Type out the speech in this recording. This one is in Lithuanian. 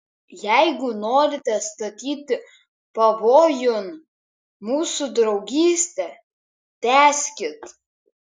jeigu norite statyti pavojun mūsų draugystę tęskit